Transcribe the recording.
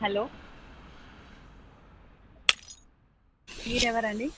hello మీరు ఎవరండి